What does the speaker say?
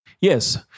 Yes